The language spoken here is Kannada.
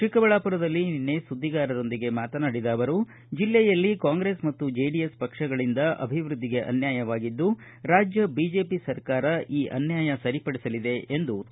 ಚಿಕ್ಕಬಳ್ಳಾಪುರದಲ್ಲಿ ನಿನ್ನೆ ಸುದ್ದಿಗಾರರೊಂದಿಗೆ ಮಾತನಾಡಿದ ಅವರು ಜಿಲ್ಲೆಯಲ್ಲಿ ಕಾಂಗ್ರೆಸ್ ಮತ್ತು ಜೆಡಿಎಸ್ ಪಕ್ಷಗಳಿಂದ ಅಭಿವೃದ್ದಿಗೆ ಅನ್ನಾಯವಾಗಿದ್ದು ರಾಜ್ಜ ಬಿಜೆಪಿ ಸರ್ಕಾರ ಈ ಅನ್ನಾಯ ಸರಿಪಡಿಸಲಿದೆ ಎಂದರು